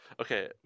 okay